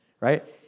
right